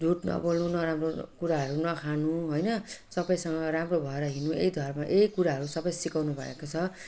झुट नबोल्नु नराम्रो कुराहरू नखानु हैन सबैसँग राम्रो भएर हिँड्नु यही धर्म यही कुराहरू सब सिकाउनु भएको छ